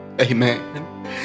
Amen